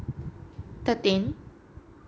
thirteen